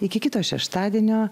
iki kito šeštadienio